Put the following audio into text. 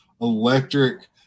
electric